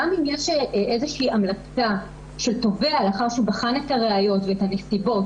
גם אם יש איזו המלצה של תובע לאחר שהוא בחן את הראיות והנסיבות,